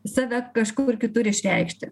save kažkur kitur išreikšti